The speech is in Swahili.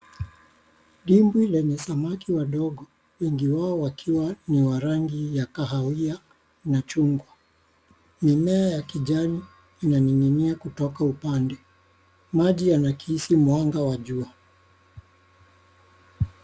Dimbwi lenye samaki wadogo wengi wao wakiwa ni wa rangi ya kahawia na chungwa. Mimea ya kijani inaning'inia kutoka upande. Maji yanakisi mwanga wa jua.